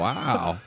Wow